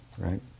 right